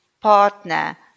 partner